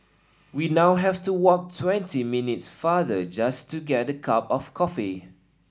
we now have to walk twenty minutes farther just to get a cup of coffee